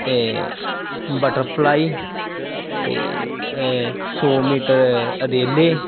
ਅਤੇ ਬਟਰਫਲਾਈ ਅਤੇ ਸੌ ਮੀਟਰ ਅ ਰੇਲੇ